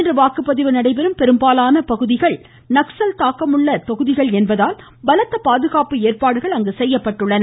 இன்று வாக்குப்பதிவு நடைபெறும் பெரும்பாலான தொகுதிகள் நக்சல் தாக்கமுள்ள பகுதிகள் என்பதால் பலத்த பாதுகாப்பு ஏற்பாடுகள் செய்யப்பட்டுள்ளன